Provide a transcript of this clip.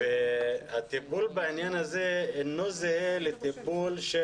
הטיפול בעניין הזה אינו זהה לטיפול של